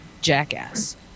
jackass